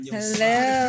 Hello